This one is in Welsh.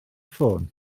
ffôn